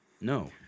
No